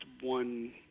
one –